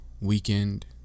weekend